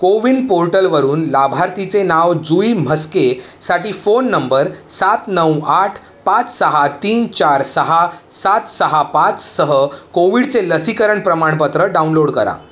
कोविन पोर्टलवरून लाभार्थीचे नाव जुई म्हस्के साठी फोन नंबर सात नऊ आठ पाच सहा तीन चार सहा सात सहा पाचसह कोविडचे लसीकरण प्रमाणपत्र डाउनलोड करा